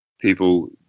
people